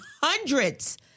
hundreds